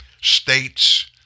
states